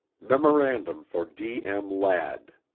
memorandum for d. m. ladd